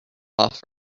off